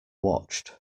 watched